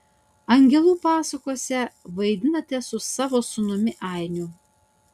angelų pasakose vaidinate su savo sūnumi ainiu